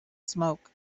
smoke